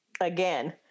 Again